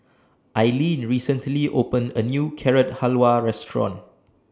Ilene recently opened A New Carrot Halwa Restaurant